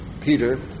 Peter